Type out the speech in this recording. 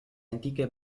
antiche